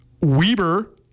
Weber